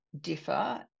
differ